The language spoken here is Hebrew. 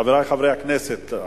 חברי חברי הכנסת,